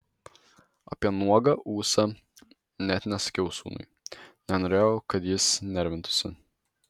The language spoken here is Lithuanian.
apie nuogą ūsą net nesakiau sūnui nenorėjau kad jis nervintųsi